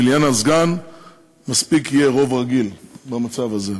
ולעניין הסגן מספיק יהיה רוב רגיל במצב הזה.